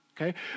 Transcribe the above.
Okay